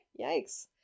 Yikes